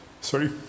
Sorry